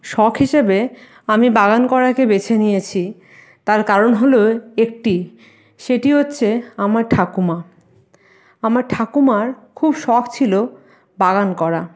শখ হিসেবে আমি বাগান করাকে বেছে নিয়েছি তার কারণ হলো একটি সেটি হচ্ছে আমার ঠাকুমা আমার ঠাকুমার খুব শখ ছিল বাগান করা